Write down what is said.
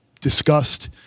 discussed